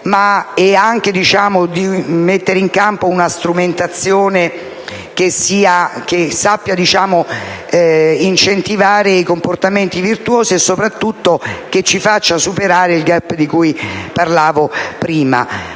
e anche il mettere in campo una strumentazione che sappia incentivare i comportamenti virtuosi e - soprattutto - che ci faccia superare il *gap* di cui ho prima